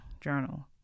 journal